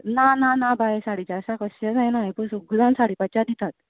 ना ना ना बाय साडे चारश्यांक कशेंच जायना एबय सगळीं जाणां साडे पाचशांक दितात